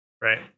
Right